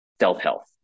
self-health